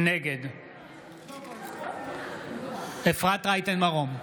נגד אפרת רייטן מרום,